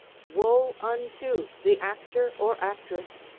woe unto the actor or actress,